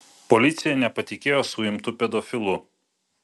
policija nepatikėjo suimtu pedofilu